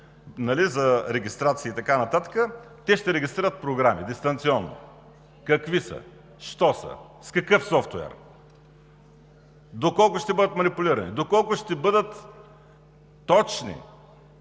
за регистрация и така нататък, те ще регистрират програми дистанционно. Какви са, що са, с какъв софтуер, доколко ще бъдат манипулирани, доколко ще бъдат точни?